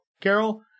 Carol